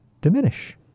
diminish